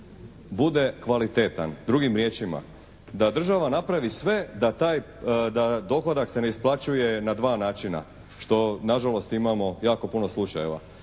bude kvalitetan. Drugim riječima, da država napravi sve da dohodak se ne isplaćuje na dva načina što nažalost imamo jako puno slučajeva